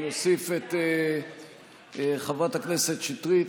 אני אוסיף את חברת הכנסת שטרית,